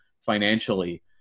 financially